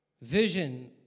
Vision